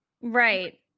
Right